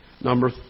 Number